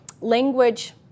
Language